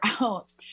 out